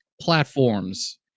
platforms